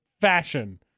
fashion